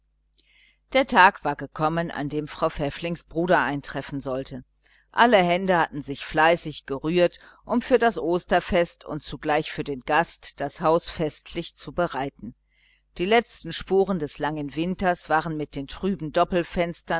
der tag war gekommen an dem frau pfäfflings bruder eintreffen sollte alle hände hatten sich fleißig gerührt um für das osterfest und zugleich für den gast das haus festlich zu bereiten die letzten spuren des langen winters waren mit den trüben